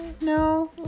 No